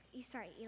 Sorry